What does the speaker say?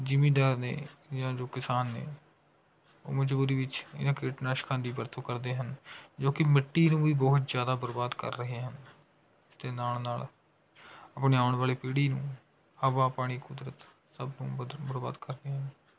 ਜਿੰਮੀਦਾਰ ਨੇ ਜਾਂ ਜੋ ਕਿਸਾਨ ਨੇ ਉਹ ਮੌਜੂਦ ਵਿੱਚ ਇਹਨਾਂ ਕੀਟਨਾਸ਼ਕਾਂ ਦੀ ਵਰਤੋਂ ਕਰਦੇ ਹਨ ਜੋ ਕਿ ਮਿੱਟੀ ਨੂੰ ਵੀ ਬਹੁਤ ਜ਼ਿਆਦਾ ਬਰਬਾਦ ਕਰ ਰਹੇ ਹਨ ਅਤੇ ਨਾਲ਼ ਨਾਲ਼ ਆਪਣੀ ਆਉਣ ਵਾਲੀ ਪੀੜ੍ਹੀ ਨੂੰ ਹਵਾ ਪਾਣੀ ਕੁਦਰਤ ਸਭ ਨੂੰ ਬਦਰ ਬਰਬਾਦ ਕਰਦੇ ਹਨ